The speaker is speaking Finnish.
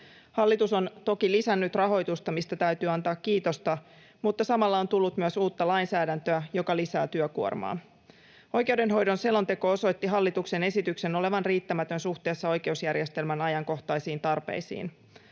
Hallitus on toki lisännyt rahoitusta, mistä täytyy antaa kiitosta, mutta samalla on tullut myös uutta lainsäädäntöä, joka lisää työkuormaa. Oikeudenhoidon selonteko osoitti hallituksen esityksen olevan riittämätön suhteessa oikeusjärjestelmän ajankohtaisiin tarpeisiin.